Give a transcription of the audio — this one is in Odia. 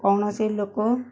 କୌଣସି ଲୋକ